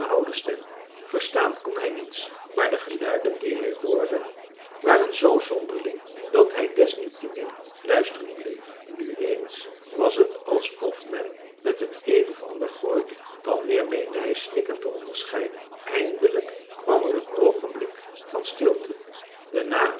stem verstaan kon hij niets maar de geluiden die hij hoorde waren zoo zonderling dat hij desnietemin luisteren bleef nu eens was het alsof men met het een of ander gooide dan weer meende hij snikken te onderscheiden eindelijk kwam er een oogenblik van stilte daarna